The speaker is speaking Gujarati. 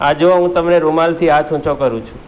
આ જુઓ હું તમને રૂમાલથી હાથ ઊંચો કરું છું